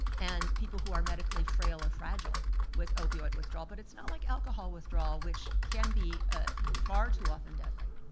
and people who are medically frail or fragile with opioid withdrawal but it's not like alcohol withdrawal which can be ah far too often deadly.